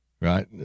Right